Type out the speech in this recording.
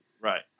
Right